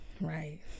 Right